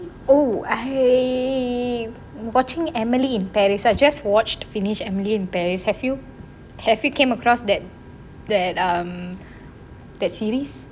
oh I watching emily in paris suggest watched finished emily in paris have you have you came across that that um that series